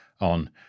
on